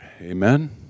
Amen